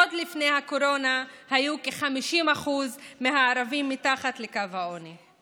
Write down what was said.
עוד לפני הקורונה היו כ-50% מהערבים מתחת לקו העוני.